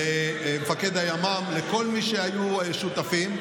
למפקד הימ"מ ולכל מי שהיו שותפים,